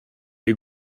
les